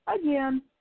again